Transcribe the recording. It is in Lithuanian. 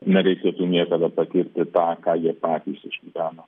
nereikėtų niekada patirti tą ką jie patys išgyveno